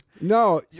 No